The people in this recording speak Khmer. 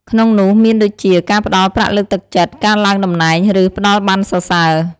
ក្នុងនោះមានដូចជា ការផ្ដល់ប្រាក់លើកទឹកចិត្ត ការឡើងតំណែង ឬ ផ្ដល់ប័ណ្ណសរសើរ។